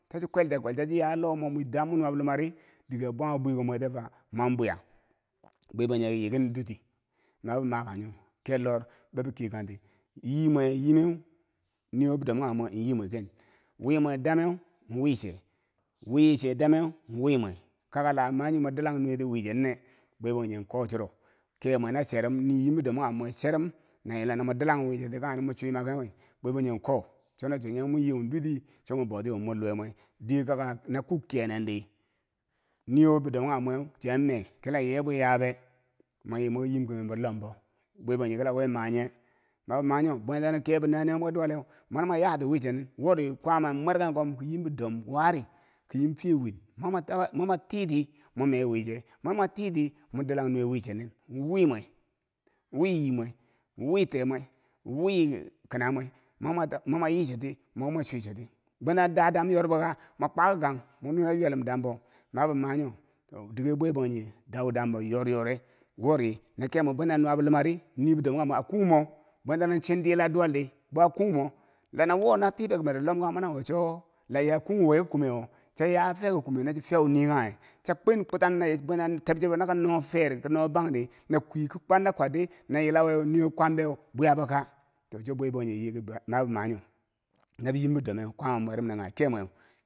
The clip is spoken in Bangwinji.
ki chi kwel cha kwelcha choya lomo mo dam mo nuwabolumari dike a bwanghu bwiko mwe tiyeu ka mwen bwiya bwe bangjinghe ki yiki duti ma bo makanyo kerlor bwoki keye kanti yimwe yimeu nii wo bidom kanghe meu yii mwe ken wimwe dameu, nwiche nwiche dameu wimwe kaka la a manyi mwi dilang nuweti wiche nine? banjinghe ko churo ke mwe na cherum nii yim bidom kanghe mwe chwerum na yila namwi dilang wiche ti kanghe ri mo chwimaken wi bwe bangjinghe ko, cho na chuwo nyeu mwiyeu duti cho mwi bouti chiko mor luwe mwe diye kakaa na kuk kenen di, nii wo bidom kanghe mweu chiyan me kila ye bwi yabe? mwa yi mwi yim kimembo lombo bwe bangjinghe ki la we ma nye? mabi ma nyo. bwentano kebo naniya mwe duwa leu, mani mwa ya ti wiche nin, wori kwaama mwer kang kom ko yim bi dom wari ko yim fiye win moma ta- ma mwa titi mwi me wiiche, mo mwa titi mo dilang nuwe wiiche nin wii mwe, wii yimwe, wii teemwe, wii kina mwa ma yi choti moki mo chwico ti, bwena da dam yorbo ka? mwa kwa ki kang mwi nune a ywelum dambo ma bi ma nyo to dike bwe bangjinghe dau dambo yor yore wori, no kemwe bwenta no nuwa bo luma ri niwo bidom kanghe mweu a kung mo, bwen tano chiin dila duwal di, bo a kung mo la na wo cha ya fe ki kumewo na chi fiyau nii kanghe cha kwen kutan naye bwenno teb chebo na ki no feri kino bangdi na kwi ki kwan na kwad di na yila weu nii wo kwam beu bwiyabo ka? to cho bwe bangjinghe yiki ma bi ma nyo na biyim bidomeu, kwaama mwerum nen kanghe kemweu.